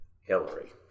Hillary